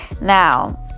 Now